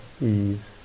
ease